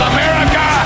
America